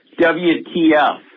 WTF